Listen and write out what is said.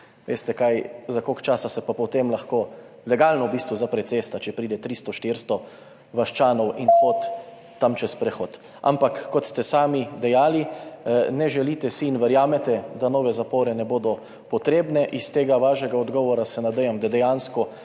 Veste, za koliko časa se pa potem lahko v bistvu legalno zapre cesta, če pride 300, 400 vaščanov in hodijo tam čez prehod. Ampak kot ste sami dejali, ne želite si in verjamete, da nove zapore ne bodo potrebne. Iz tega vašega odgovora se nadejam, da dejansko